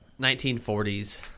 1940s